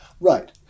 right